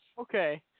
Okay